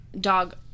dog